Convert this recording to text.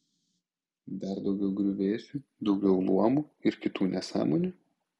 dar daugiau griuvėsių daugiau luomų ir kitų nesąmonių